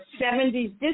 70s